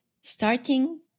starting